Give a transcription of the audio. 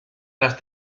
las